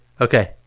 Okay